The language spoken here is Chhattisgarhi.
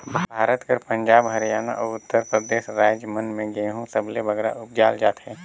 भारत कर पंजाब, हरयाना, अउ उत्तर परदेस राएज मन में गहूँ सबले बगरा उपजाल जाथे